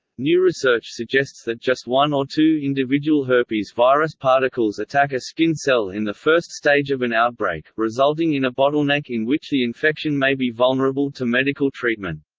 new research suggests that just one or two individual herpes virus particles attack a skin cell in the first stage of an outbreak, resulting in a bottleneck in which the infection may be vulnerable to medical treatment.